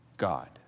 God